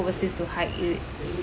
overseas to hike you